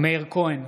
מאיר כהן,